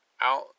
out